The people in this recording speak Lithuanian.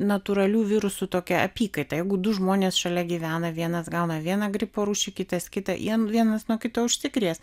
natūralių virusų tokia apykaita jeigu du žmonės šalia gyvena vienas gauna vieną gripo rūšį kitas kitą jie vienas nuo kito užsikrės